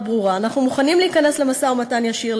היא מאוד ברורה: אנחנו מוכנים להיכנס למשא-ומתן ישיר,